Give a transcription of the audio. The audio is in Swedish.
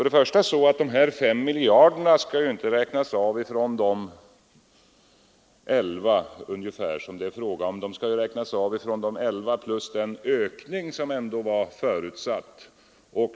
De S miljarderna skall ju inte räknas av från de ca 11 miljarder som det är fråga om, utan de skall räknas av från dessa 11 plus den ökning som ändå var förutsatt.